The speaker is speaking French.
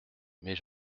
mais